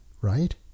right